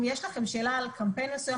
אם יש לכם שאלה על קמפיין מסוים,